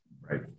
Right